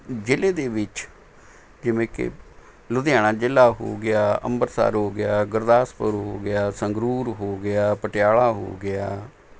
ਜ਼ਿਲ੍ਹੇ ਦੇ ਵਿੱਚ ਜਿਵੇਂ ਕਿ ਲੁਧਿਆਣਾ ਜ਼ਿਲ੍ਹਾ ਹੋ ਗਿਆ ਅੰਮ੍ਰਿਤਸਰ ਹੋ ਗਿਆ ਗੁਰਦਾਸਪੁਰ ਹੋ ਗਿਆ ਸੰਗਰੂਰ ਹੋ ਗਿਆ ਪਟਿਆਲਾ ਹੋ ਗਿਆ